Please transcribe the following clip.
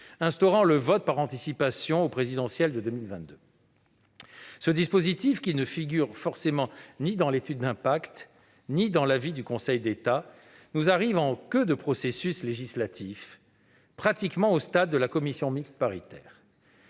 instaurant le vote par anticipation à la présidentielle de 2022. Ce dispositif, qui, forcément, ne figure ni dans l'étude d'impact ni dans l'avis du Conseil d'État, nous arrive en queue de processus législatif, pratiquement au stade de la commission mixte paritaire.